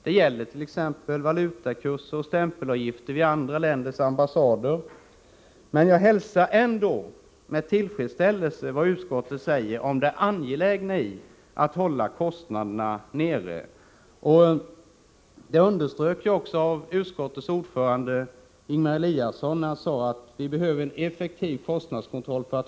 Det gäller t.ex. valutakurser och stämpelavgifter vid andra länders ambassader. Jag hälsar ändå med tillfredsställelse vad utskottet säger om att hålla kostnaderna nere. Det underströks också av utskottets ordförande Ingemar Eliasson, när han sade att vi behöver en effektiv kostnadskontroll.